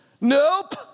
Nope